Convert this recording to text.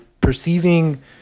perceiving